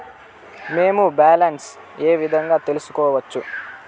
మేము బ్యాలెన్స్ ఏ విధంగా తెలుసుకోవచ్చు?